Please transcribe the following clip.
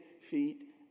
feet